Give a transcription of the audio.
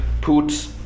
put